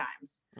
times